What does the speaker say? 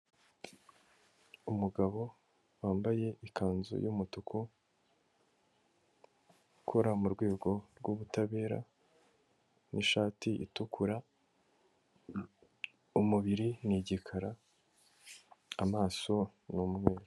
Umugabo wambaye ikanzu y'umutuku ukora murwego rw'ubutabera, n'ishati itukura umubiri n'igikara, amaso n'imweru.